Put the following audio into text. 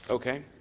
okay.